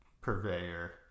purveyor